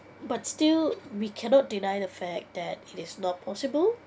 but still we cannot deny the fact that it is not possible